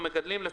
מעוף.